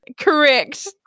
Correct